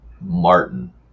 Martin